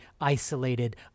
isolated